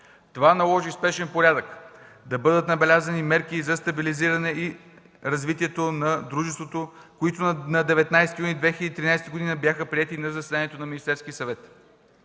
Това наложи в спешен порядък да бъдат набелязани мерки за стабилизиране и развитие на дружеството, които на 19 юни 2013 г. бяха приети на заседанието на Министерския съвет.